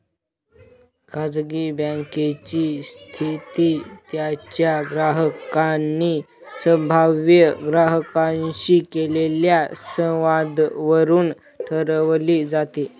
खाजगी बँकेची स्थिती त्यांच्या ग्राहकांनी संभाव्य ग्राहकांशी केलेल्या संवादावरून ठरवली जाते